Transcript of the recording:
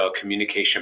communication